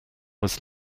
was